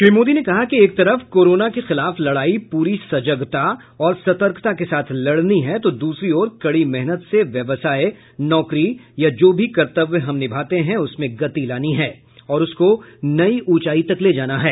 श्री मोदी ने कहा कि एक तरफ कोरोना के खिलाफ लड़ाई पूरी सजगता और सतर्कता के साथ लड़नी है तो दूसरी ओर कडी मेहनत से व्यवसाय नौकरी या जो भी कर्तव्य हम निभाते हैं उसमें गति लानी है और उसको नई ऊंचाई तक ले जाना है